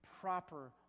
proper